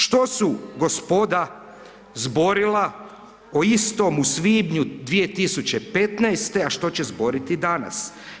Što su gospoda zborila o istom u svibnju 2015.-te, a što će zboriti danas?